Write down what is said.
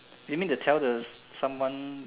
you mean to tell the someone